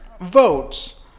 votes